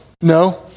No